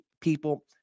people